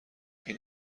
این